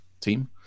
team